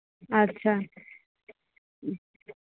আচ্ছা